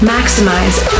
Maximize